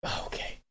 Okay